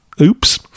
Oops